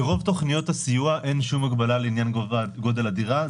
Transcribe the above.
ברוב תוכניות הסיוע אין שום הגבלה לעניין גודל הדירה.